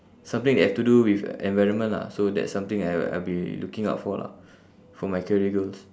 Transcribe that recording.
something that have to do with environment lah so that's something I I'll be looking out for lah for my career goals